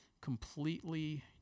completely